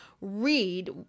read